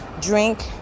drink